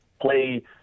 play